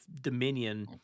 Dominion